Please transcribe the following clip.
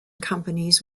companies